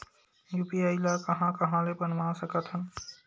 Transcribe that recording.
UPI ल कहां ले कहां ले बनवा सकत हन?